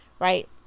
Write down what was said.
right